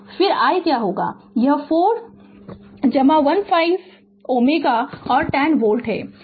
तो फिर i क्या होगा यह 4 जमा 1 5 ओम और 10 वोल्ट है